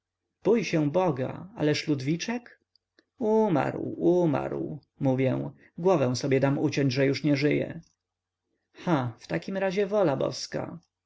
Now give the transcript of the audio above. bój się boga ależ ludwiczek umarł umarł mówię głowę sobie dam uciąć że już nie żyje ha w takim razie wola boska